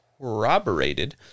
corroborated